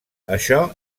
això